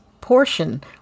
portion